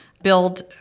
build